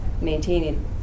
maintaining